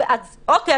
אוקיי,